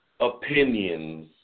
opinions